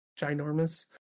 ginormous